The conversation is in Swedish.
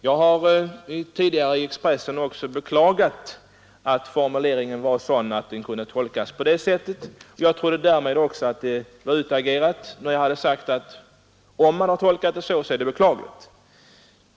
Jag har tidigare i Expressen beklagat att formuleringen i interpellationen var sådan att den kunde tolkas på detta sätt, och jag trodde att saken var utagerad när jag hade sagt att om man tolkat det så, är det beklagligt.